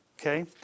Okay